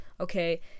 okay